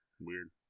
Weird